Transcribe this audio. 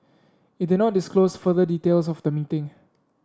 it did not disclose further details of the meeting